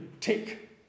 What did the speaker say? tick